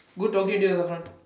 good talking to you Razman